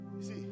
See